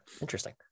Interesting